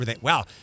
Wow